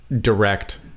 direct